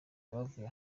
bavuye